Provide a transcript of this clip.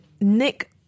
Nick